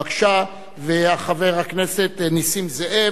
ושל חבר הכנסת נסים זאב.